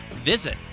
visit